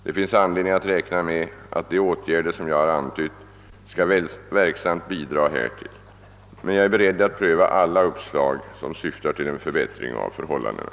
Det finns anledning att räkna med att de åtgärder som jag har antytt skall verksamt bidra härtill, men jag är beredd att pröva alla uppslag som syftar till en förbättring av förhållandena.